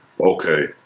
Okay